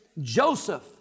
Joseph